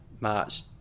march